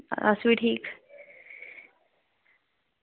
अस बी ठीक